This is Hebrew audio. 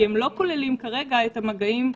כי הם לא כוללים כרגע את המגעים -- המשפחתיים.